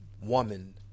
woman